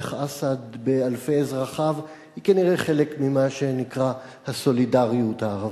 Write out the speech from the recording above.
שעורך אסד באלפי אזרחיו הוא כנראה חלק ממה שנקרא הסולידריות הערבית.